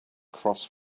cross